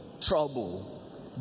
trouble